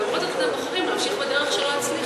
ולמרות זאת אתם בוחרים להמשיך בדרך שלא הצליחה.